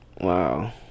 Wow